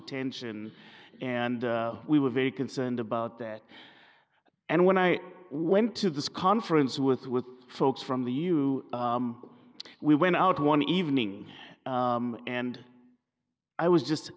attention and we were very concerned about that and when i went to this conference with folks from the new we went out one evening and i was just